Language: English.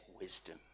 wisdom